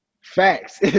facts